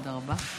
תודה רבה,